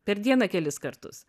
per dieną kelis kartus